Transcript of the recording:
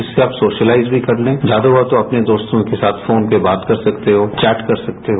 जिससे आप सोशलाइज भी करलें ज्यादा हुआ तो अपने दोस्तों के साथ फोन पर बात कर सकते हो चौट कर सकते हो